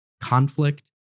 conflict